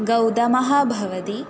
गौतमः भवति